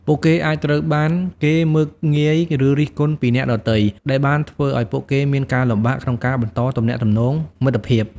ពួកគេអាចត្រូវបានគេមើលងាយឬរិះគន់ពីអ្នកដទៃ ដែលបានធ្វើឱ្យពួកគេមានការលំបាកក្នុងការបន្តទំនាក់ទំនងមិត្តភាព។